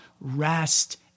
rest